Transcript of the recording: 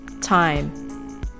time